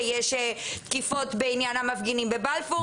ויש תקיפות בעניין המפגינים בבלפור.